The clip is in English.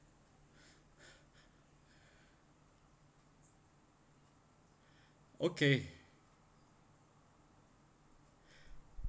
okay